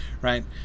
right